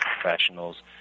professionals